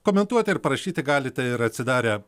komentuoti ir parašyti galite ir atsidarę